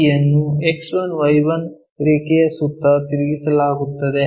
P ಅನ್ನು X1Y1 ರೇಖೆಯ ಸುತ್ತ ತಿರುಗಿಸಲಾಗುತ್ತದೆ